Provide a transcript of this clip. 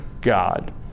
God